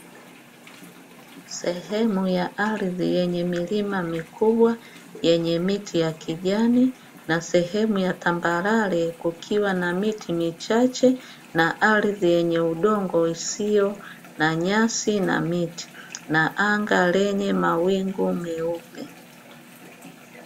Sehemu ya ardhi yenye milima mikubwa yenye miti ya kijani, na sehemu ya tambarare kukiwa na miti michache na ardhi yenye udongo isiyo na nyasi na miti, na anga lenye mawingu meupe.